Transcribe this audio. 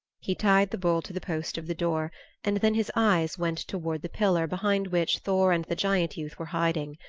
he tied the bull to the post of the door and then his eyes went toward the pillar behind which thor and the giant youth were hiding.